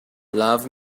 love